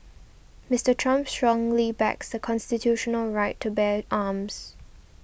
Mister Trump strongly backs the constitutional right to bear arms